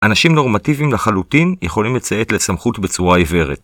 אנשים נורמטיביים לחלוטין יכולים לציית לסמכות בצורה עיוורת.